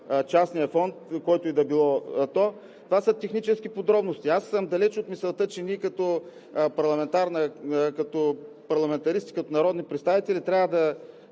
частния фонд, който и да е той, са технически подробности. Аз съм далече от мисълта, че ние като парламентаристи, като народни представители трябва да